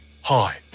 Hi